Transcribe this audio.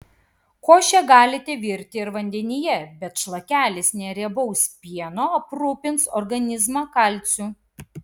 košę galite virti ir vandenyje bet šlakelis neriebaus pieno aprūpins organizmą kalciu